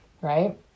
right